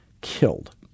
killed